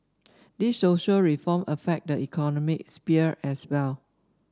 these social reform affect the economic sphere as well